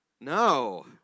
No